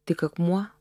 tik akmuo